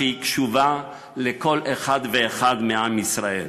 שהיא קשובה לכל אחד ואחד מעם ישראל.